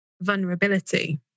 vulnerability